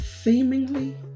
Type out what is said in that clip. seemingly